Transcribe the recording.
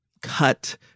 cut